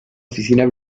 oficina